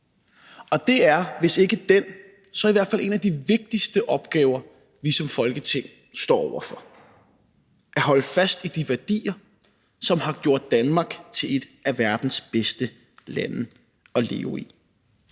og det er, hvis ikke den, så i hvert fald en af de vigtigste opgaver, vi som Folketing står over for, altså at holde fast i de værdier, som har gjort Danmark til et af verdens bedste lande at leve i,